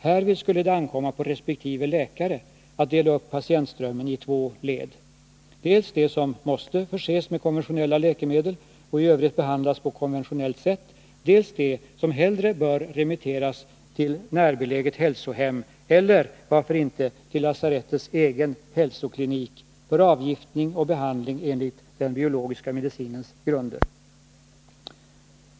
Härvid skulle det ankomma på resp. läkare att dela upp patientströmmen i två grupper: dels de som måste förses med konventionella läkemedel och i övrigt behandlas på konventionellt sätt, dels de som hellre bör remitteras till närbeläget hälsohem eller, varför inte, till lasarettets egen hälsoklinik för avgiftning och behandling enligt den biologiska medicinens grunder.